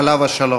עליו השלום.